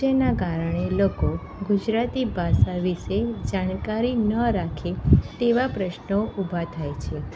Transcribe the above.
તેનાં કારણે લોકો ગુજરાતી ભાષા વિશે જાણકારી ન રાખે તેવા પ્રશ્નો ઊભા થાય છે